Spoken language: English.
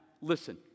listen